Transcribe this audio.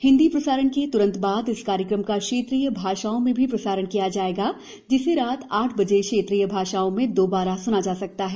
हिन्दी प्रसारण के त्रंत बाद इस कार्यक्रम का क्षेत्रीय भाषाओं में भी प्रसारण किया जाएगा जिसे रात आठ बजे क्षेत्रीय भाषाओं में दोबारा सुना जा सकता है